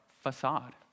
facade